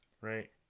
right